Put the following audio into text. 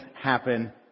happen